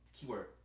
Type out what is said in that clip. keyword